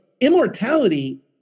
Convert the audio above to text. immortality